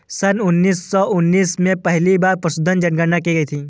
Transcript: सन उन्नीस सौ उन्नीस में पहली बार पशुधन जनगणना की गई थी